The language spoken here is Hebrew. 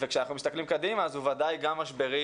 כשאנחנו מסתכלים קדימה אז הוא בוודאי משברי